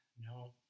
No